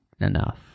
enough